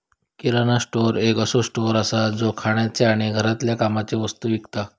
किराणा store एक असो store असा जो खाण्याचे आणि घरातल्या कामाचे वस्तु विकता